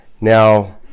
Now